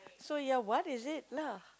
so ya what is it lah